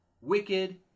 wicked